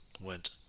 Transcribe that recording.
went